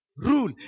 Rule